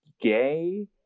gay